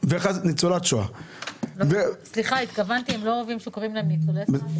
הם לא אוהבים שקוראים להם ניצולי שואה.